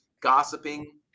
gossiping